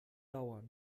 dauern